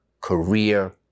career